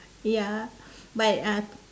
ya but uh